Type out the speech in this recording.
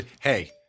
Hey